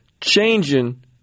changing